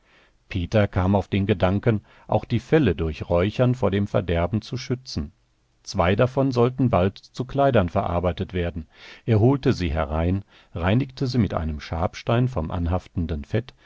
peter kam auf den gedanken auch die felle durch räuchern vor dem verderben zu schützen zwei davon sollten bald zu kleidern verarbeitet werden er holte sie herein reinigte sie mit einem schabstein vom anhaftenden fett